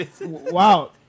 Wow